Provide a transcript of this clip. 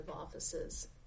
offices